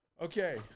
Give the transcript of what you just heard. Okay